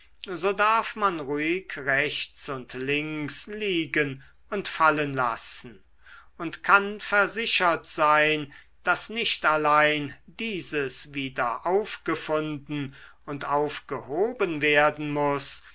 so darf man ruhig rechts und links liegen und fallen lassen und kann versichert sein daß nicht allein dieses wieder aufgefunden und aufgehoben werden muß